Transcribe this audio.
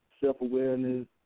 self-awareness